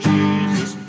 Jesus